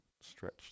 stretch